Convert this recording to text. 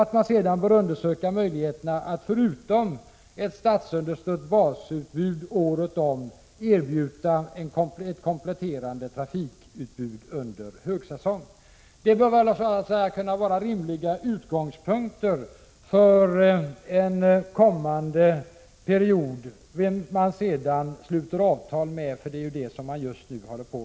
Dessutom bör man undersöka möjligheterna att förutom ett statsunderstött basutbud året om erbjuda ett kompletterande trafikutbud under högsäsong. Detta bör vara rimliga utgångspunkter för en kommande period — vem man än sluter avtal med. Det är vad man just nu förhandlar om.